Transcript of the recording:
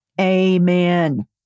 Amen